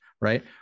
right